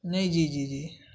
نہیں جی جی جی